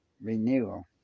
renewal